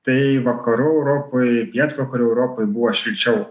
tai vakarų europoj pietvakarių europoj buvo šilčiau